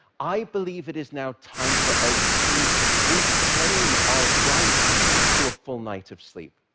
i believe it is now time for us to reclaim our right to a full night of sleep,